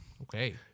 Okay